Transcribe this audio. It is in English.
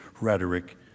rhetoric